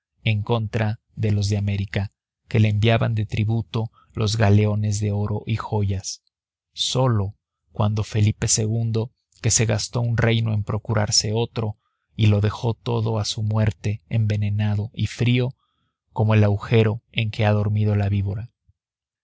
en contra de los de américa que le enviaban de tributo los galeones de oro y joyas solo cuando felipe ii que se gastó un reino en procurarse otro y lo dejó todo a su muerte envenenado y frío como el agujero en que ha dormido la víbora